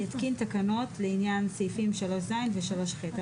רשאי להתקיןתקנות לעניין סעיפים 3ז ו-3ח.